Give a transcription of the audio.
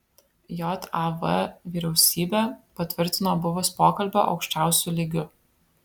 jav vyriausybė patvirtino buvus pokalbio aukščiausiu lygiu